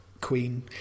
queen